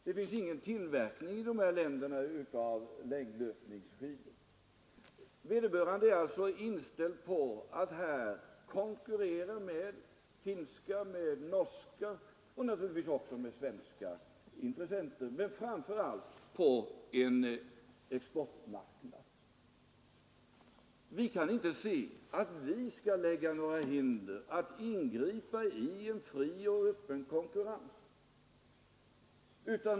Det finns ingen tillverkning i dessa länder av längdlöpningsskidor. Vederbörande är alltså inställd på att konkurrera med finska, norska och naturligtvis även svenska intressenter men framför allt att konkurrera på en exportmarknad. Vi kan inte se att vi bör lägga några hinder genom att ingripa i en fri och öppen konkurrens.